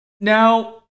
Now